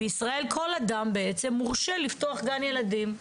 בישראל כל אדם בעצם מורשה לפתוח גן ילדים.